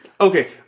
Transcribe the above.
Okay